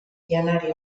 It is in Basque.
janari